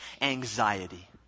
anxiety